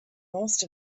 most